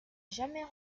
jamais